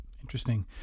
Interesting